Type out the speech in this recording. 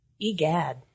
Egad